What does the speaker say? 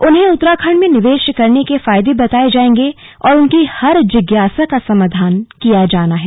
उन्हें उत्तराखण्ड में निवेश करने के फायदे बताये जाएंगे और उनकी हर जिज्ञासा का समाधान किया जाना है